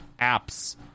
apps